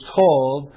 told